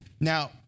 Now